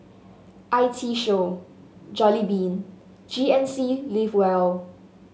I T Show Jollibean G N C Live Well